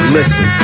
Listen